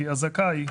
כי הזכאי,